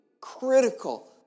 critical